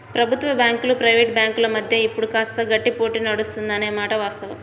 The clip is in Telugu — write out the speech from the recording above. ప్రభుత్వ బ్యాంకులు ప్రైవేట్ బ్యాంకుల మధ్య ఇప్పుడు కాస్త గట్టి పోటీ నడుస్తుంది అనే మాట వాస్తవం